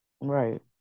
Right